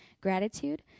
gratitude